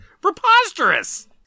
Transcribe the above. preposterous